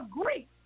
agree